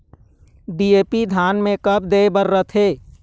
DAP धान मे कब दे बर रथे?